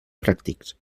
pràctics